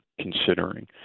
considering